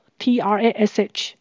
trash